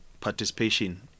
participation